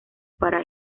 para